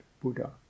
Buddha